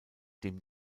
dem